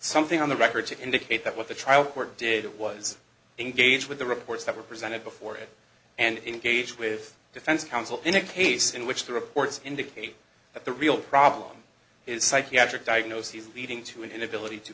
something on the record to indicate that what the trial court did was engage with the reports that were presented before it and engage with defense counsel in a case in which the reports indicate that the real problem is psychiatric diagnoses leading to an inability to